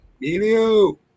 Emilio